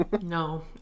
No